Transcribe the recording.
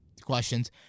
questions